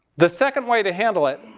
the second way to handle it,